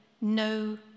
No